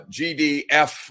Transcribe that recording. GDF